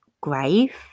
grave